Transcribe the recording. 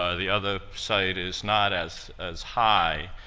ah the other site is not as as high.